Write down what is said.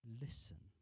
listen